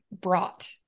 brought